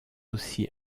aussi